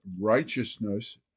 righteousness